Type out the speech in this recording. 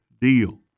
Deal